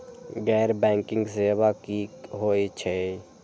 गैर बैंकिंग सेवा की होय छेय?